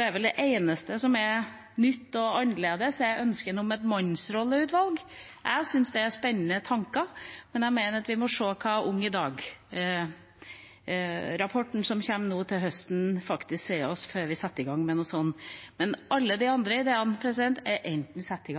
er vel det eneste som er nytt og annerledes, ønsket om et mannsrolleutvalg. Jeg syns det er spennende tanker, men jeg mener at vi må se på hva UngIdag-rapporten, som kommer nå til høsten, faktisk sier oss før vi setter i gang noe sånt. Alle de andre ideene er enten satt i